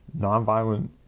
nonviolent